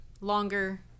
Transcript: longer